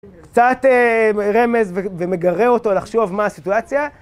קצת רמז ומגרה אותו לחשוב מה הסיטואציה.